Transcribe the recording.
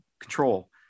control